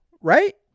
right